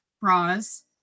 bras